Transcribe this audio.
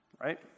Right